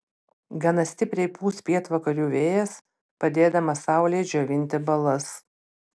gana stipriai pūs pietvakarių vėjas padėdamas saulei džiovinti balas